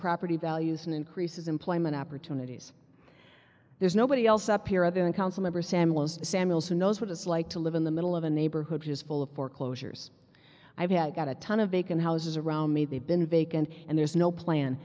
property values and increases employment opportunities there's nobody else up here other than council member sam samuels who knows what it's like to live in the middle of a neighborhood is full of foreclosures i've got a ton of vacant houses around me they've been vacant and there's no plan